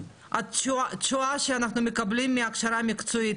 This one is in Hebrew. התשואה שאנחנו מקבלים מהכשרה מקצועית,